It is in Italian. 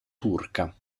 turca